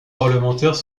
parlementaires